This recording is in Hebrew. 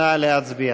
נא להצביע.